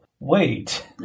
wait